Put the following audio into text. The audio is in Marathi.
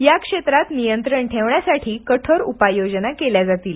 या क्षेत्रात नियंत्रण ठेवण्यासाठी कठोर उपाययोजना केल्या जातील